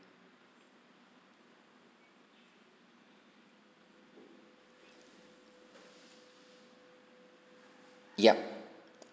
yup